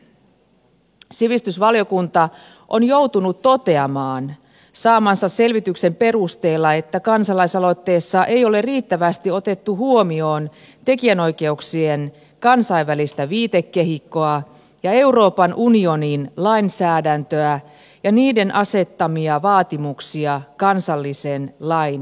sivistysvaliokunta on joutunut toteamaan saamansa selvityksen perusteella että kansalaisaloitteessa ei ole riittävästi otettu huomioon tekijänoikeuksien kansainvälistä viitekehikkoa ja euroopan unionin lainsäädäntöä ja niiden asettamia vaatimuksia kansallisen lain säätämiselle